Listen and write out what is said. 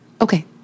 Okay